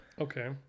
Okay